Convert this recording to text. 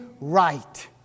right